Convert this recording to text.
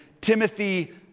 Timothy